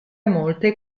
molte